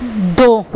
दो